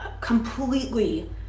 completely